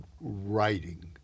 writing